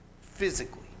physically